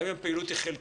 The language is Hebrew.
גם אם הפעילות היא חלקית,